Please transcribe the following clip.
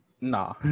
Nah